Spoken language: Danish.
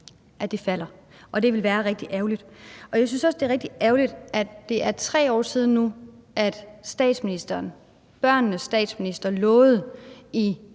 at falde, og det ville være rigtig ærgerligt. Jeg synes også, det er rigtig ærgerligt, at det er 3 år siden nu, at statsministeren, børnenes statsminister, lovede i